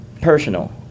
personal